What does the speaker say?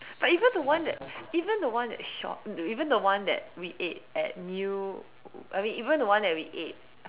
but even the one that even the one that shop even the one that we ate at new I mean even the one that we ate